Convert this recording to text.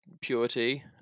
purity